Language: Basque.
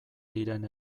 diren